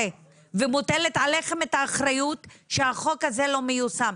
ומוטלת עליכם האחריות שהחוק הזה לא מיושם.